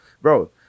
bro